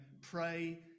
pray